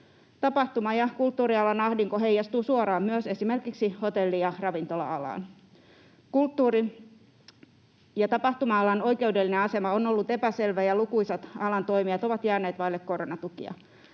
Tapahtuma- ja kulttuurialan ahdinko heijastuu suoraan myös esimerkiksi hotelli- ja ravintola-alaan. Kulttuuri- ja tapahtuma-alan oikeudellinen asema on ollut epäselvä, ja lukuisat alan toimijat ovat jääneet vaille koronatukia.